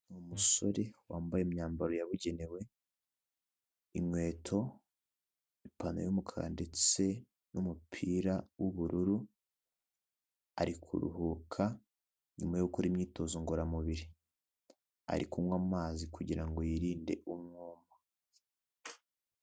Umusore wambaye imyambaro yabugenewe, inkweto, ipantaro y'umukara ndetse n'umupira w'ubururu, ari kuruhuka nyuma yo gukora imyitozo ngororamubiri, ari kunywa amazi kugira ngo yirinde umwoma.